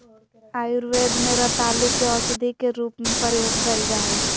आयुर्वेद में रतालू के औषधी के रूप में प्रयोग कइल जा हइ